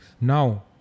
Now